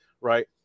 Right